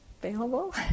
available